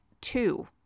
two